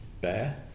bear